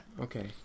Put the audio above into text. Okay